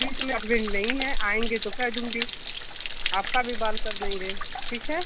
अभी तो मेरे हसबेन्ड नहीं हैं आएँगे तो कह दूँगी आपका भी बाल कर देंगे ठीक है